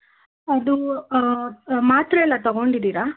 ಅದು ಮಾತ್ರೆ ಎಲ್ಲ ತಗೊಂಡಿದ್ದೀರಾ